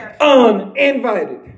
Uninvited